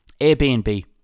Airbnb